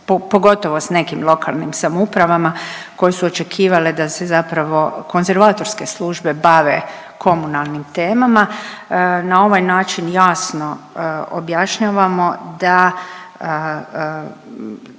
pogotovo s nekim lokalnim samoupravama koje su očekivale da se zapravo konzervatorske službe bave komunalnim temama. Na ovaj način jasno objašnjavamo da